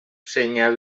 senyal